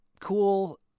cool